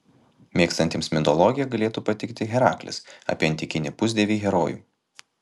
mėgstantiems mitologiją galėtų patikti heraklis apie antikinį pusdievį herojų